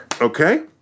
okay